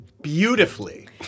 beautifully